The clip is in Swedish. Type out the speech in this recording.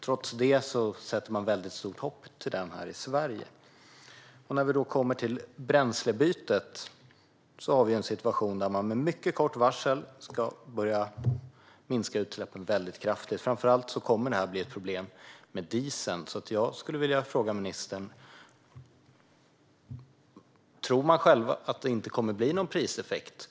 Trots detta sätter man stort hopp till den här i Sverige. När vi kommer till bränslebytet har vi en situation där man med mycket kort varsel ska börja minska utsläppen kraftigt. Framför allt kommer detta att bli ett problem för dieseln. Jag skulle vilja fråga ministern: Tror man inte att det blir någon priseffekt?